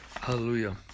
Hallelujah